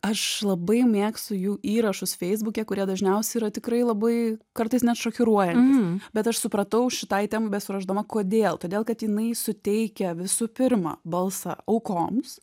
aš labai mėgstu jų įrašus feisbuke kurie dažniausiai yra tikrai labai kartais net šokiruojantys bet aš supratau šitai temai besiruošdama kodėl todėl kad jinai suteikia visų pirma balsą aukoms